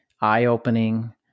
eye-opening